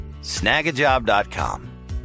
Snagajob.com